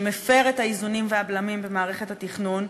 שמפר את האיזונים והבלמים במערכת התכנון,